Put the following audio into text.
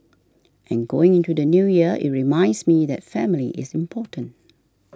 and going into the New Year it reminds me that family is important